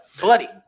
Bloody